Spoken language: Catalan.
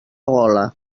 gola